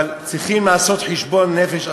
אבל צריכים לעשות חשבון נפש,